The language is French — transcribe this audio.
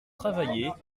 travaillées